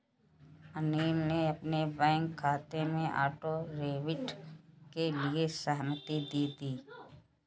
अनिल ने अपने बैंक खाते में ऑटो डेबिट के लिए सहमति दे दी